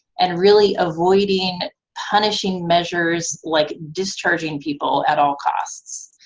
and really avoiding punishing measures like discharging people at all costs.